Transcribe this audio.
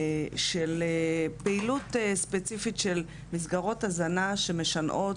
של פעילות ספציפית של מסגרות הזנה שמשענות